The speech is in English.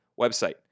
website